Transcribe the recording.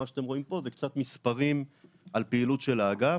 מה שאתם רואים פה זה קצת מספרים על פעילות של האגף.